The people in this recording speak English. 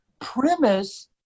premise